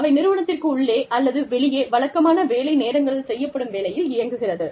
அவை நிறுவனத்திற்கு உள்ளே அல்லது வெளியே வழக்கமான வேலை நேரங்களில் செய்யப்படும் வேலையில் இயங்குகிறது